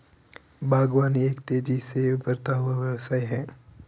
बागवानी एक तेज़ी से उभरता हुआ व्यवसाय है